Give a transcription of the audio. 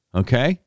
okay